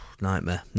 Nightmare